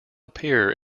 appear